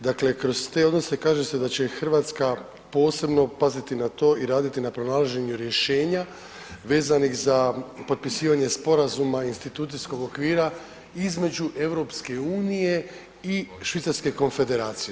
Dakle, kroz te odnose kaže se da će Hrvatska posebno paziti na to i raditi na pronalaženju rješenja vezanih za potpisivanje sporazuma institucijskog okvira između EU i Švicarske Konfederacije.